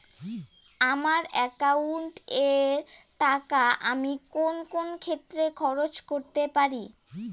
আমার একাউন্ট এর টাকা আমি কোন কোন ক্ষেত্রে খরচ করতে পারি?